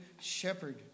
shepherd